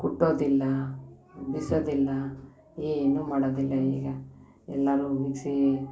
ಕುಟ್ಟೋದಿಲ್ಲ ಬೀಸೋದಿಲ್ಲ ಏನೂ ಮಾಡೋದಿಲ್ಲ ಈಗ ಎಲ್ಲರೂ ಮಿಕ್ಸೀ